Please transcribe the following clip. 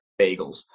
bagels